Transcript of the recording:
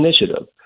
Initiative